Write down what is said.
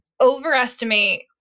overestimate